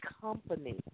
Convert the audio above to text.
company